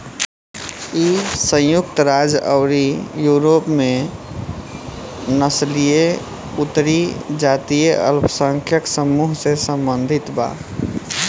इ संयुक्त राज्य अउरी यूरोप में नस्लीय अउरी जातीय अल्पसंख्यक समूह से सम्बंधित बा